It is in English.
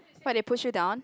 what they push you down